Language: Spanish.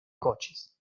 coches